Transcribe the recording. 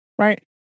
Right